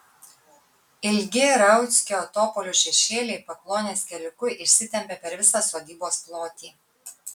ilgi rauckio topolių šešėliai pakluonės keliuku išsitempia per visą sodybos plotį